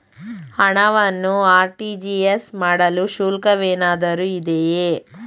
ಹಣವನ್ನು ಆರ್.ಟಿ.ಜಿ.ಎಸ್ ಮಾಡಲು ಶುಲ್ಕವೇನಾದರೂ ಇದೆಯೇ?